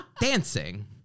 Dancing